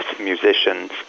musicians